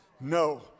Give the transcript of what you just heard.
No